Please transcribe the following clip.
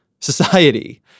society